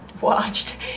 watched